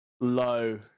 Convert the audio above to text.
low